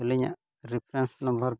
ᱟᱹᱞᱤᱧᱟᱜ reference number